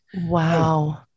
Wow